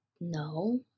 No